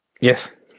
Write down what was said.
Yes